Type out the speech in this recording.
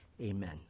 Amen